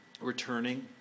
Returning